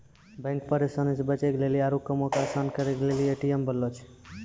bank परेशानी से बचे के लेली आरु कामो के असान करे के लेली ए.टी.एम बनैने छै